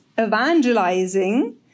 evangelizing